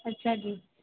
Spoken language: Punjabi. ਅੱਛਾ ਜੀ